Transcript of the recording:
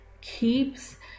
keeps